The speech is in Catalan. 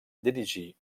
dirigí